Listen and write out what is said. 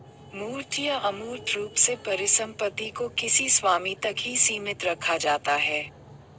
मूर्त या अमूर्त रूप से परिसम्पत्ति को किसी स्वामी तक ही सीमित रखा जाता है